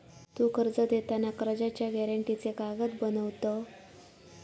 तु कर्ज देताना कर्जाच्या गॅरेंटीचे कागद बनवत?